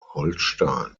holstein